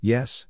Yes